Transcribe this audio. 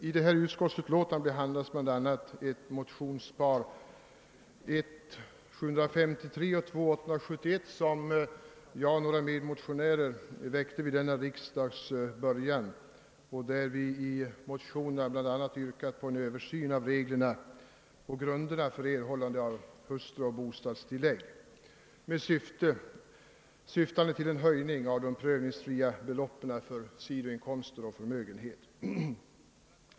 I utskottsutlåtandet behandlas bl a. ett motionspar, I: 753 och II: 871, som jag och några medmotionärer väckte vid denna riksdags början. Vi har i motionerna bl.a. yrkat på en översyn av reglerna och grunderna för erhållande av hustruoch bostadstillägg syftande till en höjning av de prövningsfria beloppen för sidoinkomster och förmögenhet.